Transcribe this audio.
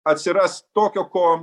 atsiras tokio ko